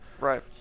Right